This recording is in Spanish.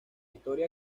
historia